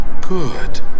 Good